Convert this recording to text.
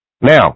Now